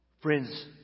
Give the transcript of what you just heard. Friends